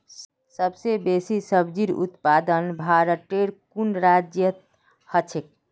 सबस बेसी सब्जिर उत्पादन भारटेर कुन राज्यत ह छेक